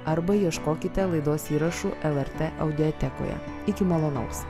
arba ieškokite laidos įrašų lrt audiotekoje iki malonaus